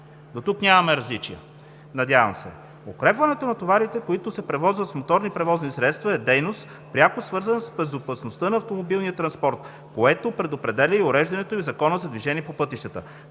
Дотук нямаме различия, надявам се. Укрепването на товарите, които се превозват с моторни превозни средства, е дейност – пряко свързана с безопасността на автомобилния транспорт, което предопределя и уреждането й в Закона за движение по пътищата.